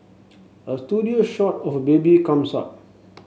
a studio shot of a baby comes up